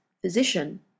physician